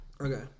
okay